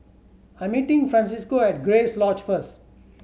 I'm meeting Francisco at Grace Lodge first